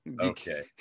Okay